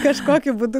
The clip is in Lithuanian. kažkokiu būdu